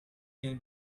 can